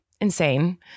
insane